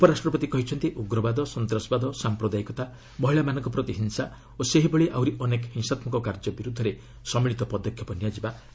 ଉପରାଷ୍ଟ୍ରପତି କହିଛନ୍ତି ଉଗ୍ରବାଦ ସନ୍ତାସବାଦ ସାମ୍ପ୍ରଦାୟିକତା ମହିଳାମାନଙ୍କ ପ୍ରତି ହିଂସା ଓ ସେହିଭଳି ଆହୁରି ଅନେକ ହିଂସାତ୍କକ କାର୍ଯ୍ୟ ବିର୍ଦ୍ଧରେ ସମ୍ମିଳିତ ପଦକ୍ଷେପ ନିଆଯିବା ଆବଶ୍ୟକ